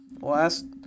Last